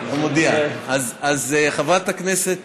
אז חברת הכנסת